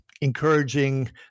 encouraging